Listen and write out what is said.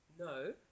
No